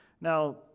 now